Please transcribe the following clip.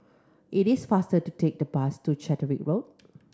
it is faster to take the bus to Catterick Road